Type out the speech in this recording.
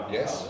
Yes